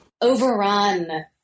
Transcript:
overrun